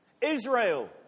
Israel